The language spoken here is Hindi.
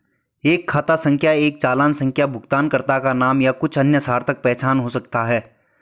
एक खाता संख्या एक चालान संख्या भुगतानकर्ता का नाम या कुछ अन्य सार्थक पहचान हो सकता है